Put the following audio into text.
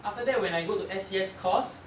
after that when I go to S_C_S course